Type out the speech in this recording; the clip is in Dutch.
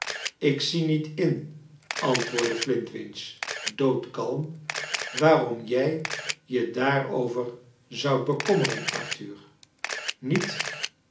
ik zie niet in antwoordde flintwinch doodkalm waarom j ij je daarover zoudt bekommeren arthur niet